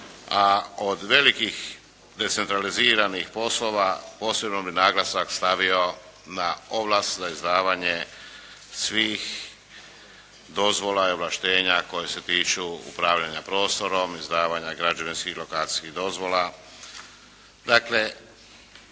A od velikih decentraliziranih poslova, posebno bih naglasak stavio na ovlast, na izdavanje svih dozvola i ovlaštenja koja se tiču upravljanja prostorom, izdavanja građevinskih i lokacijskih dozvola.